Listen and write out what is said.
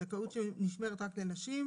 זכאות שנשמרת רק לשנים.